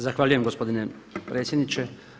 Zahvaljujem gospodine predsjedniče.